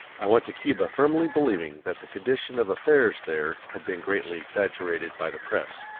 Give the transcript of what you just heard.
i went to cuba firmly believing that the condition of affairs there had been greatly exaggerated by the press,